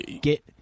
get